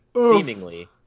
seemingly